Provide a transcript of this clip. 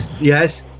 Yes